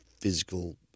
physical